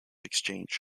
exchange